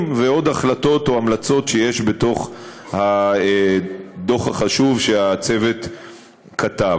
ועוד החלטות או המלצות שיש בתוך הדוח החשוב שהצוות כתב.